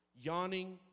Yawning